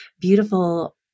Beautiful